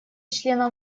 членом